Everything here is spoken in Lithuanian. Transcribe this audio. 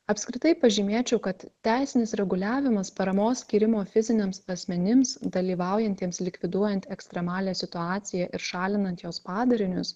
apskritai pažymėčiau kad teisinis reguliavimas paramos skyrimo fiziniams asmenims dalyvaujantiems likviduojant ekstremalią situaciją ir šalinant jos padarinius